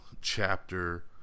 chapter